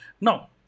now